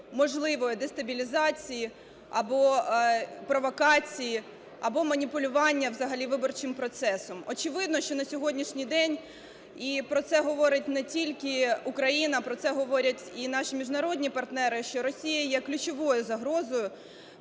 можливої дестабілізації або провокації, або маніпулювання взагалі виборчим процесом. Очевидно, що на сьогоднішній день, і про це говорить не тільки Україна, про це говорять і наші міжнародні партнери, що Росія є ключовою загрозою